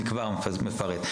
אז אני אפרט.